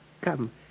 Come